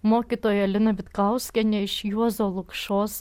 mokytoja lina vitkauskienė iš juozo lukšos